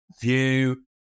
view